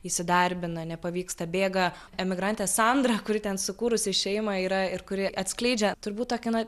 įsidarbina nepavyksta bėga emigrantė sandra kuri ten sukūrusi šeimą yra ir kuri atskleidžia turbūt tokį na